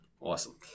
Awesome